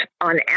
on